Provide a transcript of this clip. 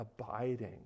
abiding